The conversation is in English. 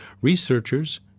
Researchers